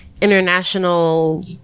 international